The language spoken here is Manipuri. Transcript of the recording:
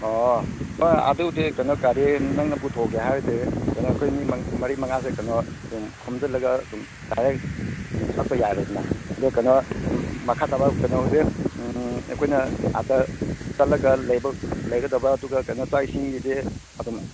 ꯑꯣ ꯑꯥ ꯑꯗꯨꯗꯤ ꯀꯩꯅꯣ ꯒꯥꯔꯤ ꯅꯪꯅ ꯄꯨꯊꯣꯛꯑꯒꯦ ꯍꯥꯏꯔꯗꯤ ꯀꯩꯅꯣ ꯑꯩꯈꯣꯏ ꯃꯤ ꯃꯔꯤ ꯃꯉꯥꯁꯦ ꯀꯩꯅꯣ ꯑꯗꯨꯝ ꯈꯣꯝꯖꯤꯜꯂꯒ ꯑꯗꯨꯝ ꯗꯥꯏꯔꯦꯛ ꯁꯨꯝ ꯆꯠꯄ ꯌꯥꯔꯦꯗꯅ ꯑꯗꯨ ꯀꯩꯅꯣ ꯎꯝ ꯃꯈꯥ ꯇꯥꯕ ꯀꯩꯅꯣ ꯍꯧꯖꯤꯛ ꯑꯩꯈꯣꯏꯅ ꯑꯥꯗ ꯆꯠꯂꯒ ꯂꯩꯕ ꯂꯩꯒꯗꯕ ꯑꯗꯨꯒ ꯆꯥꯛ ꯏꯁꯤꯡꯁꯤꯗꯤ ꯑꯗꯨꯝ